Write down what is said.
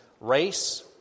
race